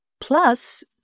Plus